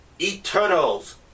Eternals